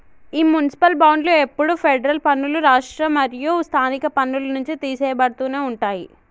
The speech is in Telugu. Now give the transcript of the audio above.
ఈ మునిసిపాల్ బాండ్లు ఎప్పుడు ఫెడరల్ పన్నులు, రాష్ట్ర మరియు స్థానిక పన్నుల నుంచి తీసెయ్యబడుతునే ఉంటాయి